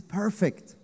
perfect